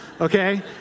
okay